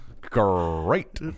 Great